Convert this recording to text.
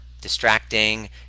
distracting